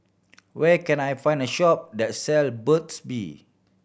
where can I find a shop that sell Burt's Bee